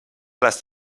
las